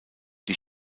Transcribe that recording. die